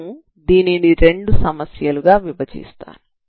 నేను దీనిని రెండు సమస్యలు గా విభజిస్తాను